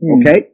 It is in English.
Okay